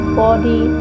body